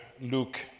Luke